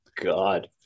God